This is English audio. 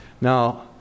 Now